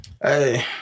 Hey